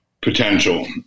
potential